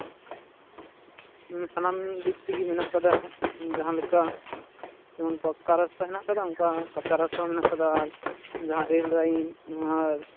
ᱥᱟᱱᱟᱢ ᱫᱤᱠ ᱛᱮᱜᱮ ᱢᱮᱱᱟᱜ ᱠᱟᱫᱟ ᱡᱟᱦᱟᱸᱞᱮᱠᱟ ᱯᱟᱠᱟ ᱨᱟᱥᱛᱟ ᱦᱮᱱᱟᱜ ᱠᱟᱫᱟ ᱚᱝᱠᱟ ᱠᱟᱸᱪᱟ ᱨᱟᱥᱛᱟ ᱦᱚᱸ ᱢᱮᱱᱟᱜ ᱠᱟᱫᱟ ᱡᱟᱸᱦᱟ ᱨᱮᱹᱞ ᱞᱟᱭᱤᱱ ᱚᱱᱟ